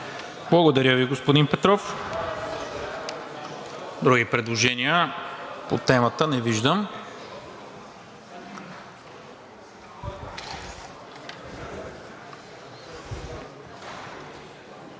Благодаря Ви, господин Петров. Други предложения по темата? Не виждам.